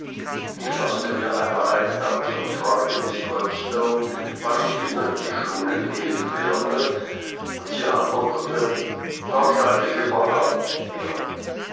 ich faßte mir einmal ein herz und fragte miß murdstone wann ich wieder in die schule gehen werde und sie antwortete wahrscheinlich überhaupt nicht mehr